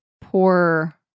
poor